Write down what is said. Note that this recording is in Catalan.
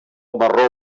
marró